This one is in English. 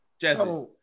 Jesse